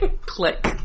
Click